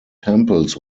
temples